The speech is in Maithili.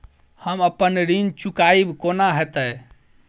हम अप्पन ऋण चुकाइब कोना हैतय?